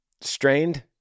strained